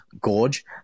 gorge